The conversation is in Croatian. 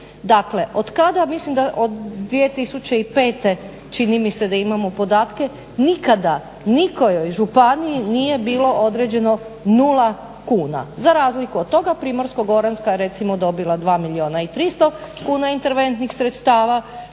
Dakle, otkada, mislim da od 2005. čini mi se da imamo podatke nikada nikojoj županiji nije bilo određeno nula kuna. Za razliku od toga Primorsko-goranska je recimo dobila 2 milijuna i 300 kuna interventnih sredstava,